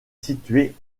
situé